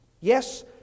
Yes